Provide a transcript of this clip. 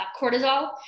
cortisol